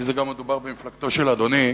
כי גם מדובר במפלגתו של אדוני,